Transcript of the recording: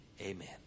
Amen